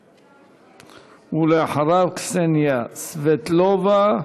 ואחריו, קסניה סבטלובה.